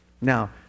now